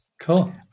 Cool